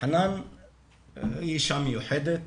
חנאן היא אישה מיוחדת,